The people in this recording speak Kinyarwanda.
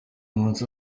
munsi